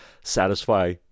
satisfy